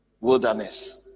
wilderness